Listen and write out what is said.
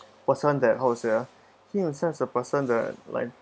person that how to say ah he himself is a person that like